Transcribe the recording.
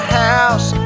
house